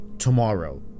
tomorrow